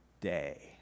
day